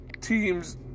teams